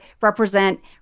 represent